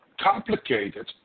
complicated